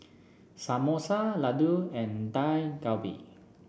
Samosa Ladoo and Dak Galbi